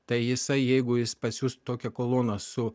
tai jisai jeigu jis pasiųs tokią koloną su